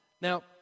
Now